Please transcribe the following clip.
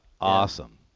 awesome